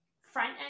front